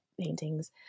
paintings